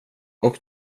och